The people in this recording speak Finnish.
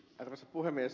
arvoisa puhemies